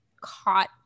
caught